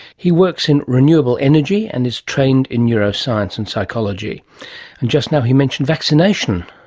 he works in renewable energy and is trained in neuroscience and psychology. and just now he mentioned vaccination.